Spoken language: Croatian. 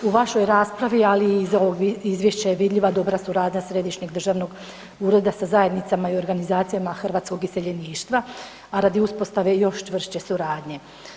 U vašoj raspravi, ali i iz ovog izvješća je vidljiva dobra suradnja središnjeg državnog ureda sa zajednicama i organizacijama hrvatskog iseljeništva, a radi uspostave još čvršće suradnje.